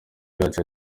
yacu